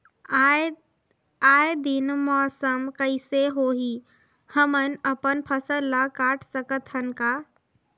आय दिन मौसम कइसे होही, हमन अपन फसल ल काट सकत हन का?